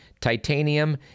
titanium